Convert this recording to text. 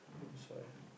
I'm sorry